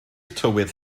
tywydd